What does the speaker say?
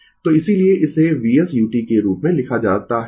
तो इसीलिए इसे Vs u के रूप में लिखा जाता है